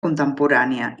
contemporània